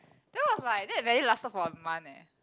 that was like that barely lasted for a month eh